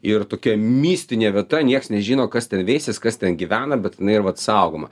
ir tokia mistinė vieta nieks nežino kas ten veisias kas ten gyvena bet jinai yra vat saugoma